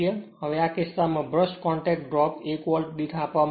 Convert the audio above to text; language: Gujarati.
હવે આ કિસ્સામાં બ્રશ કોંટેક્ટ ડ્રોપ 1 વોલ્ટ દીઠ આપવામાં આવે છે